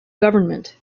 government